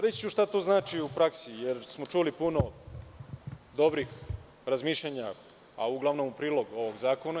Reći ću šta to znači u praksi, jer smo čuli puno dobrih razmišljanja, a uglavnom u prilog ovog zakona.